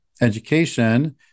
education